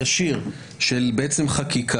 יש שלושה.